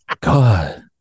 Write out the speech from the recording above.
God